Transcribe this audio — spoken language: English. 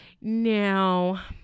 Now